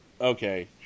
okay